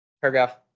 Paragraph